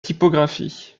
typographie